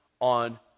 on